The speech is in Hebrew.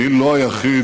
אני לא היחיד